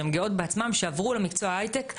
שהן גאות בעצמן שהן עברו למקצוע הייטק.